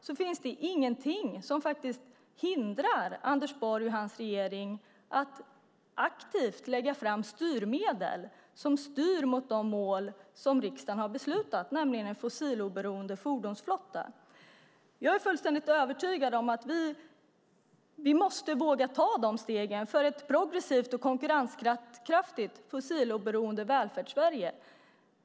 Det finns faktiskt ingenting som hindrar Anders Borg och hans regering att aktivt lägga fram styrmedel som styr mot de mål som riksdagen har beslutat, nämligen en fossiloberoende fordonsflotta. Jag är fullständigt övertygad om att vi måste våga ta de stegen för ett progressivt och konkurrenskraftigt fossiloberoende Välfärdssverige.